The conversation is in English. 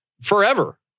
forever